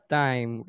time